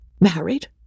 Married